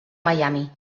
miami